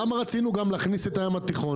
למה רצינו להכניס גם את הים התיכון?